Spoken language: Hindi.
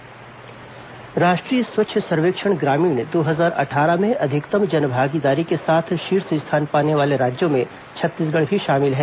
स्वच्छ सर्वेक्षण ग्रामीण राष्ट्रीय स्वच्छ सर्वेक्षण ग्रामीण दो हजार अट्ठारह में अधिकतम जनभागीदारी के साथ शीर्ष स्थान पाने वाले राज्यों में छत्तीसगढ़ भी शामिल है